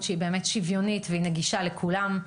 שהיא באמת שוויונית והיא נגישה לכולם.